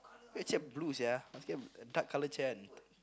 blue sia must get dark colour chair [one]